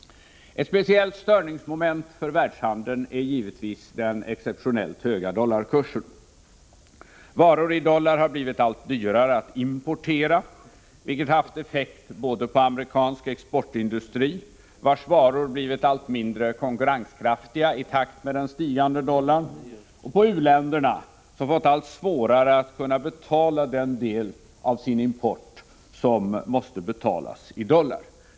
Ett speciellt störningsmoment för världshandeln är naturligtvis den exceptionellt höga dollarkursen. Varor i dollar har blivit allt dyrare att importera, vilket haft effekt både på amerikansk exportindustri, vars varor blivit allt mindre konkurrenskraftiga i takt med den stigande dollarn, och på u-länderna, som fått allt svårare att betala den del av sin import som måste betalas i dollar.